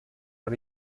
for